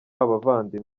abavandimwe